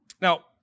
Now